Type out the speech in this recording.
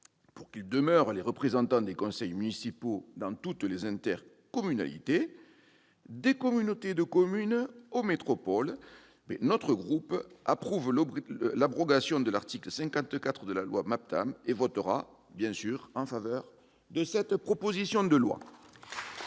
pour qu'ils demeurent les représentants des conseils municipaux dans toutes les intercommunalités, des communautés de communes aux métropoles, le groupe Les Indépendants approuve l'abrogation de l'article 54 de la loi MAPTAM et votera en faveur de l'adoption de cette proposition de loi. La parole est